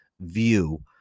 view